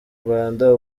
rwanda